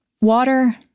Water